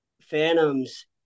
phantoms